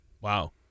Wow